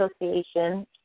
Association